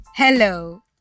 Hello